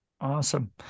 Awesome